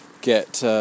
get